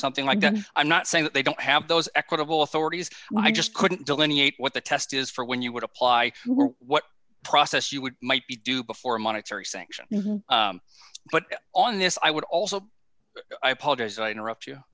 something like that and i'm not saying that they don't have those equitable authorities i just couldn't delineate what the test is for when you would apply what process you would might be do before monetary sanction but on this i would also i apologize i interrupt you